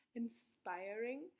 inspiring